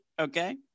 okay